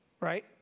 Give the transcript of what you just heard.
Right